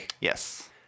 Yes